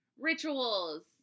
rituals